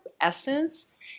essence